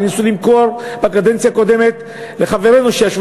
שניסו למכור בקדנציה הקודמת לחברינו שישבו